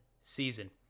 season